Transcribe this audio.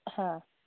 ಹಾಂ